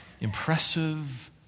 impressive